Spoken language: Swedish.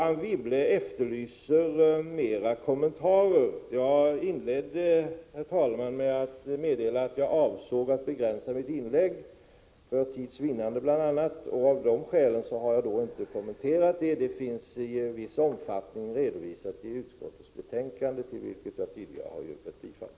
Anne Wibble efterlyser fler kommentarer. Men jag inledde, herr talman, med att meddela att jag avsåg att begränsa mitt inlägg, bl.a. för tids vinnande. Därför har jag inte gjort ytterligare kommentarer. I viss utsträckning finns det en redovisning i utskottets betänkande, till vars hemställan jag tidigare har yrkat bifall.